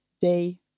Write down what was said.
day